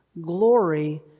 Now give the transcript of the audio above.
glory